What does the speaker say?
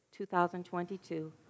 2022